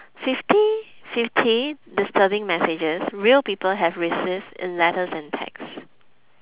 fifty fifty disturbing messages real people have received in letters and text